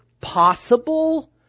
Possible